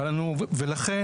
ולכן,